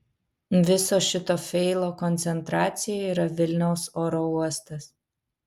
viso šito feilo koncentracija yra vilniaus oro uostas